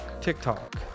TikTok